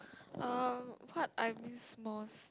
um what I miss most